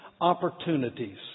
opportunities